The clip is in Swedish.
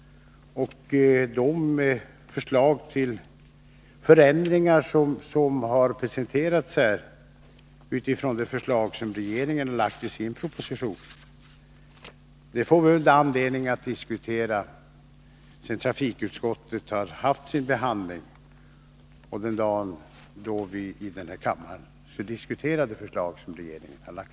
De förslag till förändringar som har presenterats här i riksdagen utifrån de förslag som regeringen lagt i sin proposition får vi anledning att diskutera sedan trafikutskottet behandlat dem och kammaren skall diskutera de förslag regeringen framlagt.